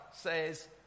says